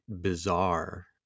bizarre